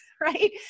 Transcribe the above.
right